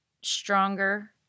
stronger